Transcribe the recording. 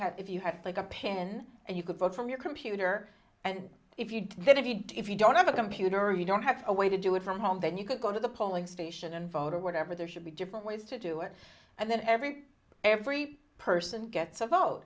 had if you had like a pen and you could vote from your computer and if you didn't need to if you don't have a computer or you don't have a way to do it from home then you could go to the polling station and voter whatever there should be different ways to do it and then every every person gets a